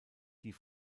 die